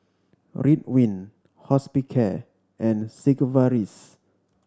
Ridwind Hospicare and Sigvaris